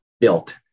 built